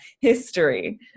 history